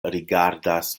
rigardas